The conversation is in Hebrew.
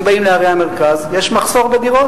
הם באים לערי המרכז, ויש מחסור בדירות.